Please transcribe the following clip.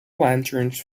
lanterns